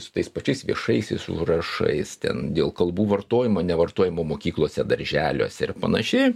su tais pačiais viešaisiais užrašais ten dėl kalbų vartojimo nevartojimo mokyklose darželiuose ir panašiai